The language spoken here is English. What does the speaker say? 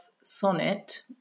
sonnet